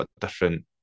different